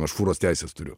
aš fūros teises turiu